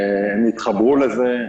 הם התחברו לזה.